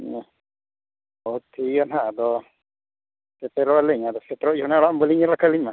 ᱦᱮᱸ ᱦᱳᱭ ᱴᱷᱤᱠ ᱜᱮᱭᱟ ᱦᱟᱜ ᱟᱫᱚ ᱥᱮᱴᱮᱨᱚᱜ ᱟᱹᱞᱤᱧ ᱟᱨ ᱥᱮᱴᱮᱨᱚᱜ ᱡᱚᱦᱚᱜ ᱚᱲᱟᱜᱢᱟ ᱵᱟᱹᱞᱤᱧ ᱧᱮᱞ ᱠᱟᱜᱼᱟ ᱟᱹᱞᱤᱧᱢᱟ